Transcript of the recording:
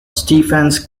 stephens